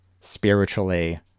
spiritually